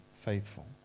faithful